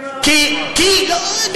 מביאים גנרטור.